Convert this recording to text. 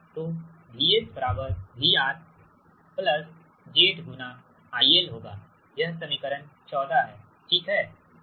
तो VS VR Z IL होगा यह समीकरण 14 है ठीक है